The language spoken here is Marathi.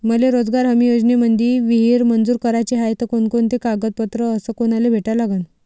मले रोजगार हमी योजनेमंदी विहीर मंजूर कराची हाये त कोनकोनते कागदपत्र अस कोनाले भेटा लागन?